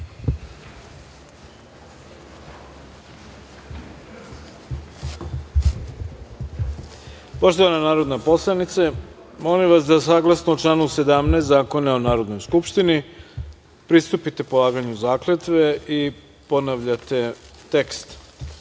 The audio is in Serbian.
zakletve. Poštovana narodna poslanice, molim vas da, saglasno članu 17. Zakona o Narodnoj skupštini, pristupite polaganju zakletve i ponavljate